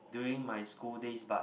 during my school days but